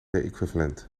equivalent